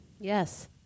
Yes